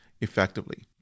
effectively